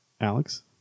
Alex